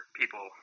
people